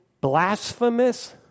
blasphemous